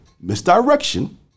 misdirection